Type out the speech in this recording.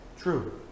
True